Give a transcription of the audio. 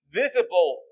visible